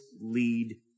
lead